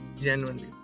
genuinely